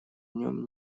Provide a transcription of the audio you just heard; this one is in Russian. нем